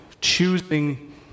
choosing